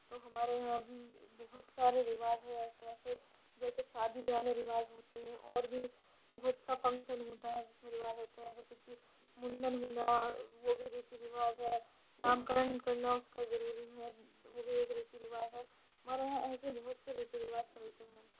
تو ہمارے یہاں بھی بہت سارے رواج ہے ایسے ایسے جیسے شادی بیاہ میں رواج ہوتے ہیں اور بھی بہت سا فنکشن ہوتا ہے جس میں رواج ہوتے ہیں جیسے کہ منڈن ہونا وہ بھی ریتی رواز ہے نام کرن کرنا اس کا ضروری ہے وہ بھی ایک ریتی رواج ہے ہمارے یہاں ایسے بہت سے ریتی رواج چلتے ہیں